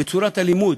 בצורת הלימוד